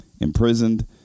imprisoned